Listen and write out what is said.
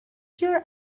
your